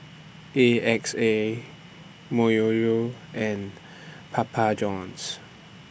A X A Myojo and Papa Johns